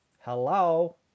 Hello